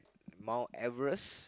Mt Everest